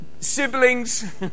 siblings